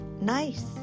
nice